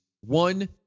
One